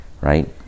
right